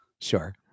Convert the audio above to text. sure